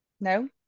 No